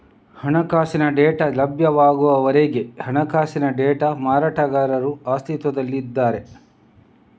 ಹಣಕಾಸಿನ ಡೇಟಾ ಲಭ್ಯವಾಗುವವರೆಗೆ ಹಣಕಾಸಿನ ಡೇಟಾ ಮಾರಾಟಗಾರರು ಅಸ್ತಿತ್ವದಲ್ಲಿದ್ದಾರೆ